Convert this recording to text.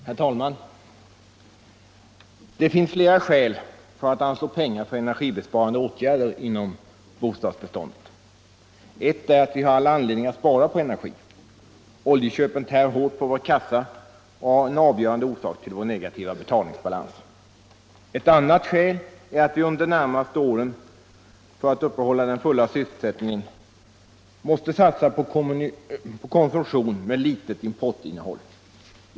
Herr talman! Det finns flera skäl för att anslå pengar till energibesparande åtgärder inom bostadsbeståndet. Ett är att vi har all anledning att spara på energi. Oljeköpen tär hårt på vår kassa och är en avgörande orsak till vår negativa betalningsbalans. Ett annat skäl är att vi under de närmaste åren för att uppehålla den fulla sysselsättningen måste satsa på konsumtion med litet importinnehåll.